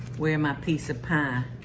where my piece of pie